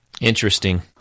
Interesting